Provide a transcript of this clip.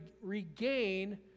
regain